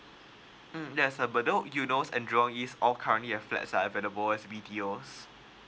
mm there a bedok and jurong east all currently have flats are available as B_T_Os